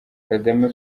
kagame